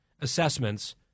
assessments